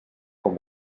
com